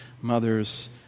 mother's